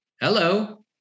hello